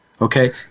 Okay